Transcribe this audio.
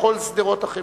לכל שדרות החברה.